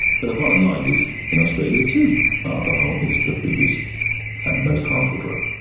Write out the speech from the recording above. but the bottom line is in australia too, alcohol is the biggest and the most harmful drug.